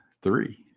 three